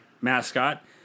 mascot